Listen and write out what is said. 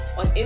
on